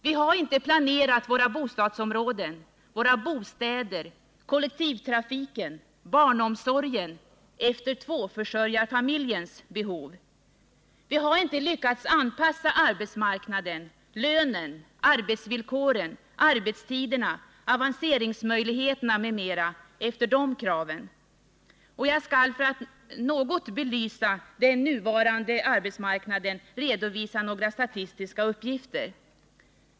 Vi har inte planerat våra bostadsområden, våra bostäder, kollektivtrafiken, barnomsorgen efter tvåförsörjarfamiljens behov. Vi har inte lyckats anpassa arbetsmarknaden, lönen, arbetsvillkoren, arbetstiderna, avanceringsmöjligheterna m.m. efter de kraven. Jag skall för att något belysa den nuvarande arbetsmarknaden redovisa några statistiska uppgifter.